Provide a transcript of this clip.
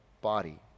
body